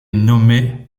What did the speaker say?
nommés